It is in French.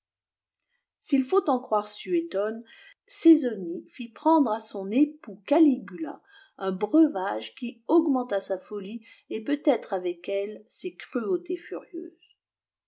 s'il faut en croire suétone césonie fit prendre à scm époux caligula un breuvage qui augmenta sa folie et peut être avec elle ses cruautés furieuses